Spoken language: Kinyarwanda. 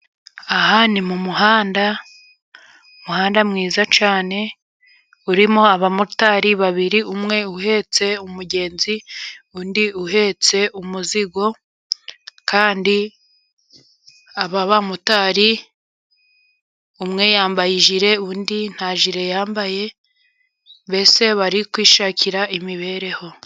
Aha ni mu muhanda, umuhanda mwiza cyane, urimo abamotari babiri, umwe uhetse umugenzi, undi uhetse umuzigo, kandi aba bamotari, umwe yambaye ijire, undi nta jire yambaye, mbese bari kwishakira imibereho.